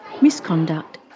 misconduct